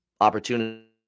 opportunity